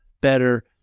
better